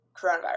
coronavirus